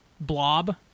blob